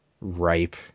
Ripe